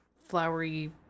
flowery